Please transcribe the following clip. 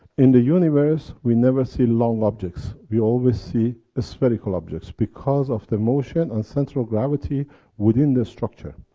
in the universe we never see long objects we always see ah spherical objects, because of the motion and central gravity within the structure.